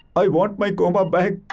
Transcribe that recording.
i want my coma back.